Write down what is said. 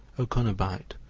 o coenobite,